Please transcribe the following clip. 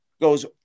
goes